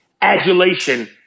adulation